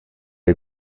est